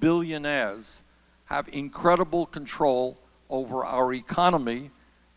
billionaires have incredible control over our economy